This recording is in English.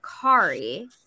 kari